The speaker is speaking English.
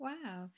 Wow